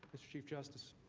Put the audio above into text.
mr. chief justice.